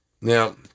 Now